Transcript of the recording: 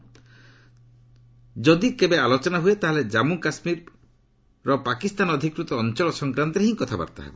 ଶ୍ରୀ ନାଇଡୁ କହିଛନ୍ତି ଯଦି କେବେ ଆଲୋଚନା ହୁଏ ତାହେଲେ ଜାମ୍ମୁ କାଶ୍ମୀରର ପାକିସ୍ତାନ ଅଧିକୃତ ଅଞ୍ଚଳ ସଂକ୍ରାନ୍ତରେ ହିଁ କଥାବାର୍ତ୍ତା ହେବ